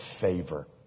favor